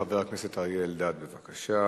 חבר הכנסת אריה אלדד, בבקשה.